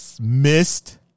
missed